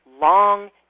long